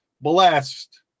blessed